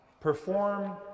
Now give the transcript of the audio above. perform